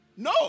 no